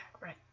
right